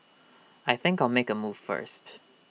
I think I'll make A move first